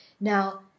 Now